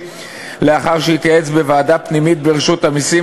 לאחר שהתייעץ עם ועדה פנימית ברשות המסים,